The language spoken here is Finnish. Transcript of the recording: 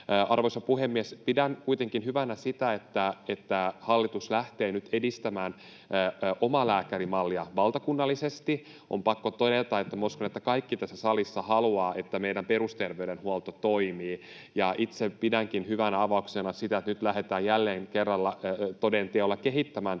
Arvoisa puhemies! Pidän kuitenkin hyvänä sitä, että hallitus lähtee nyt edistämään omalääkärimallia valtakunnallisesti. On pakko todeta, että minä uskon, että kaikki tässä salissa haluavat, että meidän perusterveydenhuolto toimii. Itse pidänkin hyvänä avauksena sitä, että nyt lähdetään jälleen kerran toden teolla kehittämään